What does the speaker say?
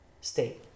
state